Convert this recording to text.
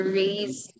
raise